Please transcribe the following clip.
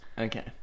Okay